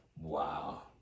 Wow